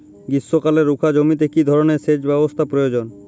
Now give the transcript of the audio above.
গ্রীষ্মকালে রুখা জমিতে কি ধরনের সেচ ব্যবস্থা প্রয়োজন?